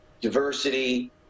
diversity